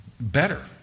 better